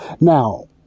Now